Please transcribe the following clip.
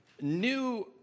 new